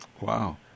Wow